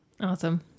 awesome